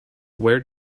where